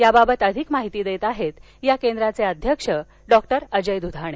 याबाबत अधिक माहिती देत आहेत या केंद्राचे अध्यक्ष डॉक्टर अजय दुधाणे